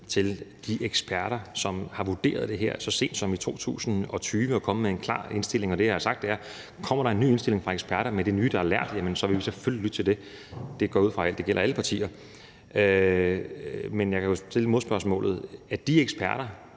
til de eksperter, som har vurderet det her så sent som i 2020 og er kommet med en klar indstilling. Og det, jeg har sagt, er, at kommer der en ny indstilling fra eksperterne med det nye, man har lært, så vil vi selvfølgelig lytte til det. Det går jeg ud fra gælder alle partier. Men jeg kan jo stille modspørgsmålet: Er de eksperter,